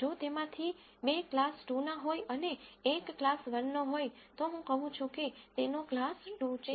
જો તેમાંથી બે ક્લાસ 2 ના હોય અને એક ક્લાસ 1 નો હોય તો હું કહું છું તેનો ક્લાસ 2 છે તે જ એલ્ગોરિધમ છે